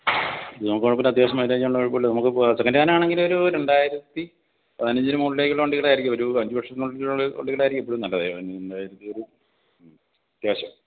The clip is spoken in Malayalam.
നമുക്ക് കുഴപ്പമില്ല അത്യാവശ്യം മൈലേജ് ഉള്ള കുഴപ്പമില്ല നമുക്ക് സെക്കൻ്റ് ഹാൻഡ് ആണെങ്കിൽ ഒരു രണ്ടായിരത്തി പതിനഞ്ചിന് മുകളിലേക്കുള്ള വണ്ടികളായിരിക്കും ഒരു അഞ്ച് വർഷത്തിനുള്ളിൽ ഉള്ള വണ്ടികളായിരിക്കും എപ്പോഴും നല്ലത് രണ്ടായിരത്തി ഒരു അത്യാവശ്യം